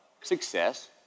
success